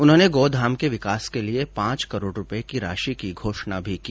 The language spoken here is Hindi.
उन्होंने गौधाम के विकास के लिए पांच करोड़ रूपए की राशि की घोषणा भी की